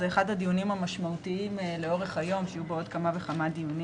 זה אחד ה דיונים המשמעותיים לאורך היום שיהיו בו עוד כמה וכמה דיונים.